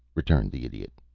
returned the idiot.